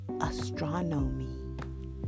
Astronomy